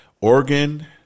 Oregon